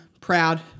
proud